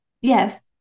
yes